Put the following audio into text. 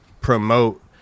promote